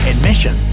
Admission